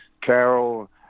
Carol